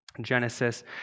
Genesis